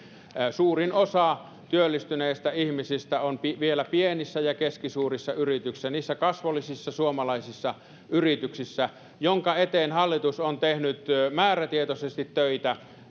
suurin osa työllistyneistä ihmisistä on vielä pienissä ja keskisuurissa yrityksissä niissä kasvollisissa suomalaisissa yrityksissä joiden eteen hallitus on tehnyt määrätietoisesti töitä